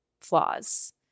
flaws